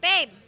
babe